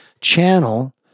channel